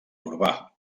urbà